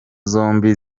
zombi